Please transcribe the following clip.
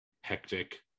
hectic